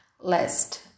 lest